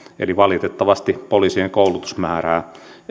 eli valitettavasti poliisien koulutusmäärää